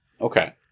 okay